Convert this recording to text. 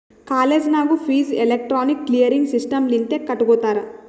college ನಾಗೂ fees electronic clearing system ಲಿಂತೆ ಕಟ್ಗೊತ್ತಾರ್